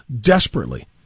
Desperately